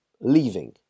leaving